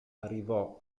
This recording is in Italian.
arrivò